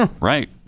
Right